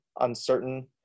uncertain